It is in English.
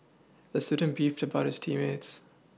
the student beefed about his team mates